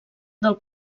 del